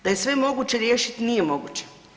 Da je sve moguće riješit, nije moguće.